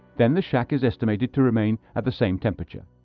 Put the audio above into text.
then the shack is estimated to remain at the same temperature.